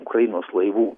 ukrainos laivų